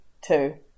two